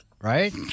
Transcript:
Right